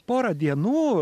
porą dienų